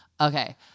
okay